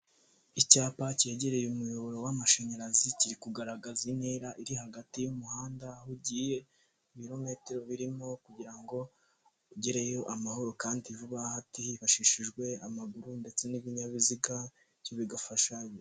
Icyapa kegereye umuyoboro w'amashanyarazi kiri kugaragaza intera iri hagati y'umuhanda, ugiye ibirometero birimo kugira ngo ugereyo amahoro kandi vuba aha hifashishijwe amaguru ndetse n'ibinyabiziga bigafashanya.